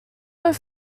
were